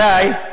מתי?